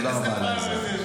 תודה רבה על העזרה.